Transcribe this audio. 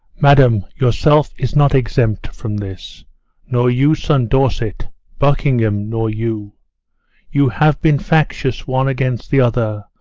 madam, yourself is not exempt from this nor you, son dorset buckingham, nor you you have been factious one against the other.